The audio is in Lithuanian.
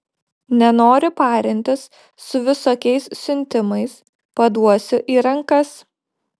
nenoriu parintis su visokiais siuntimais paduosiu į rankas